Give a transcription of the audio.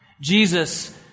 Jesus